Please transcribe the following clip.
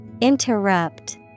Interrupt